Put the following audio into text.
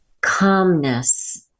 calmness